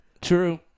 True